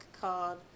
called